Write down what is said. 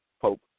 Pope